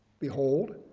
Behold